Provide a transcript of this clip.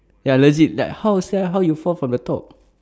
ya legit like how sia how you fall from the top